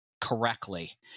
correctly